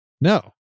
No